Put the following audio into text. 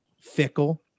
Fickle